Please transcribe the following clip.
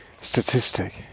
statistic